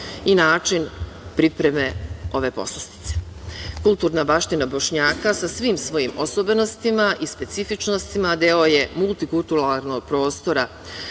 i način pripreme ove poslastice. Kulturna baština Bošnjaka, sa svim svojim osobenostima i specifičnostima, deo je multikulturalnog prostora